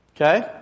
Okay